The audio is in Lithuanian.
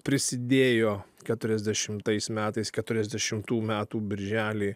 prisidėjo keturiasdešimtais metais keturiasdešimtų metų birželį